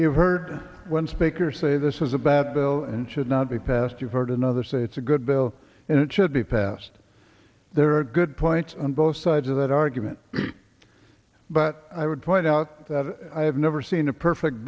heard when speaker say this is a bad bill and should not be passed you've heard another say it's a good bill and it should be passed there are good points on both sides of that argument but i would point out that i have never seen a perfect